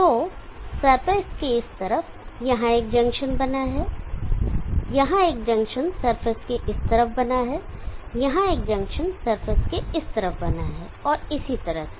तो सरफेस के इस तरफ यहाँ एक जंक्शन बना है यहां एक जंक्शन सरफेस के इस तरफ बना है यहां एक जंक्शन सरफेस के इस तरफ बना है और इसी तरह से